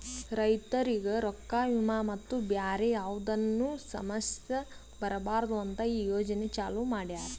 ರೈತುರಿಗ್ ರೊಕ್ಕಾ, ವಿಮಾ ಮತ್ತ ಬ್ಯಾರೆ ಯಾವದ್ನು ಸಮಸ್ಯ ಬರಬಾರದು ಅಂತ್ ಈ ಯೋಜನೆ ಚಾಲೂ ಮಾಡ್ಯಾರ್